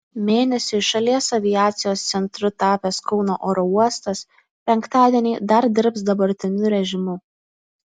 mėnesiui šalies aviacijos centru tapęs kauno oro uostas penktadienį dar dirbs dabartiniu režimu